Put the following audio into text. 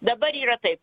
dabar yra taip